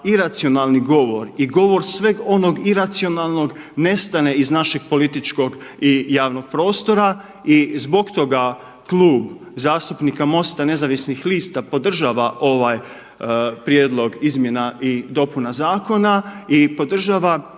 iracionalni govor i govor sveg onog iracionalnog nestane iz našeg političkog i javnog prostora. I zbog toga Klub zastupnika MOST-a Nezavisnih lista podržava ovaj prijedlog izmjena i dopuna zakona i podržavam